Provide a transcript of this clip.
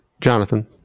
Jonathan